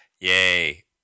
yay